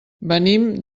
venim